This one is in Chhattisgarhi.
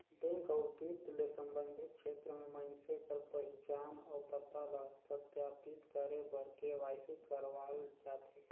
बेंक अउ बित्त ले संबंधित छेत्र में मइनसे कर पहिचान अउ पता ल सत्यापित करे बर के.वाई.सी करवाल जाथे